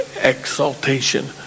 exaltation